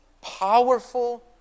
powerful